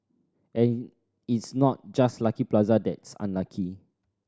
and it's not just Lucky Plaza that's unlucky